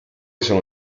sono